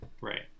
right